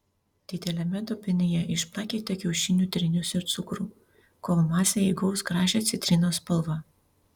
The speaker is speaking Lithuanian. dideliame dubenyje išplakite kiaušinių trynius ir cukrų kol masė įgaus gražią citrinos spalvą